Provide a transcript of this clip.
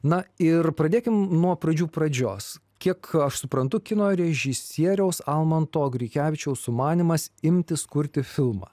na ir pradėkim nuo pradžių pradžios kiek aš suprantu kino režisieriaus almanto grikevičiaus sumanymas imtis kurti filmą